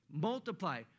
multiply